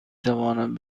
توانند